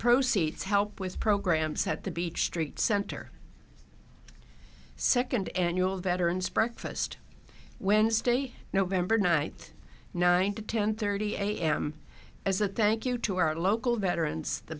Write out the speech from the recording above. proceeds help with programs at the beach street center second annual veteran's breakfast wednesday november night nine to ten thirty am as a thank you to our local veterans the